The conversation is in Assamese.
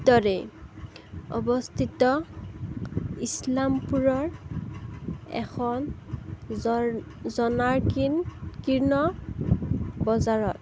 উত্তৰে অৱস্থিত ইছলামপুৰৰ এখন জনাকীৰ্ণ বজাৰত